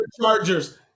Chargers